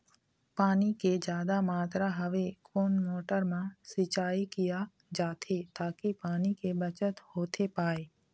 पानी के जादा मात्रा हवे कोन मोटर मा सिचाई किया जाथे ताकि पानी के बचत होथे पाए?